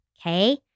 okay